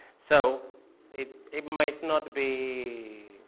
so it it might not be